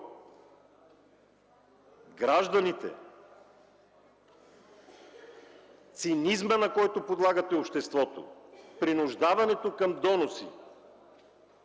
Второ, цинизмът, на който подлагате обществото, принуждаването към доноси,